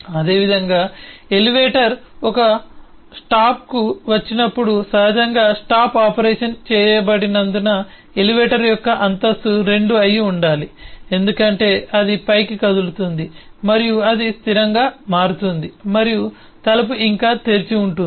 అదేవిధంగా ఎలివేటర్ ఒక స్టాప్కు వచ్చినప్పుడు సహజంగా స్టాప్ ఆపరేషన్ చేయబడినందున ఎలివేటర్ యొక్క అంతస్తు 2 అయి ఉండాలి ఎందుకంటే అది పైకి కదులుతోంది మరియు అది స్థిరంగా మారుతుంది మరియు తలుపు ఇంకా తెరిచి ఉంటుంది